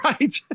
Right